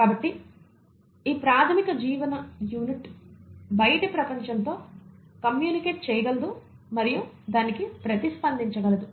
కాబట్టి ఈ ప్రాథమిక జీవన యూనిట్ బయటి ప్రపంచంతో కమ్యూనికేట్ చేయగలదు మరియు దానికి ప్రతిస్పందించగలదు